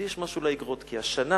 נקדיש משהו לאיגרות, כי השנה